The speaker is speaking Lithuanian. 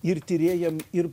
ir tyrėjam ir